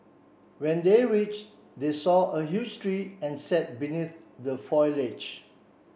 when they reach they saw a huge tree and sat beneath the foliage